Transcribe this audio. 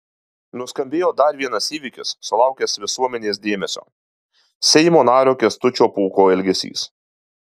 nuskambėjo dar vienas įvykis sulaukęs visuomenės dėmesio seimo nario kęstučio pūko elgesys